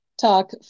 talk